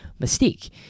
mystique